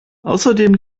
außerdem